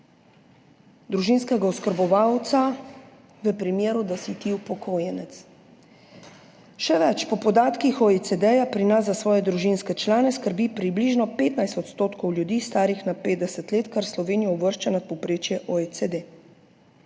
družinskega oskrbovalca v primeru, da si ti upokojenec. Še več, po podatkih OECD pri nas za svoje družinske člane skrbi približno 15 odstotkov ljudi, starih na 50 let, kar Slovenijo uvršča nad povprečje OECD.